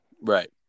Right